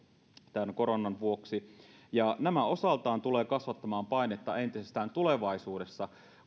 koronan vuoksi nämä osaltaan tulevat kasvattamaan painetta entisestään tulevaisuudessa